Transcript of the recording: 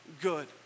good